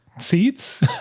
seats